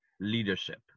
leadership